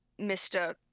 Mr